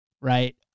right